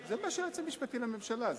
זה מה שהיועץ המשפטי לממשלה,